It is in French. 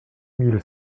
mille